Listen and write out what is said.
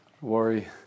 worry